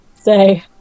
say